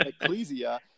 Ecclesia